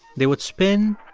they would spin,